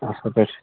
اصٕل پٲٹھۍ